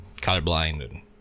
colorblind